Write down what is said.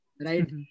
right